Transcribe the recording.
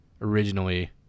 originally